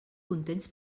contents